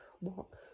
walk